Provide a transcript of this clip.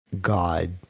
God